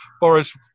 Boris